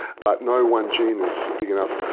but no one gene is big enough,